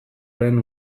lehen